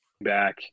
back